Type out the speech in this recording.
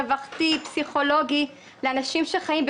מספר פעמים ולא נשאר שם כלום.